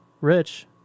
Rich